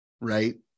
right